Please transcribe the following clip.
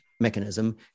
mechanism